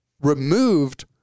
removed